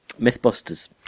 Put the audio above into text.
Mythbusters